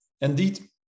indeed